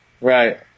Right